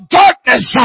darkness